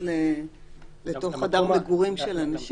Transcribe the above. כל שלאל ידו כדי למנוע הידרדרות של האירוע.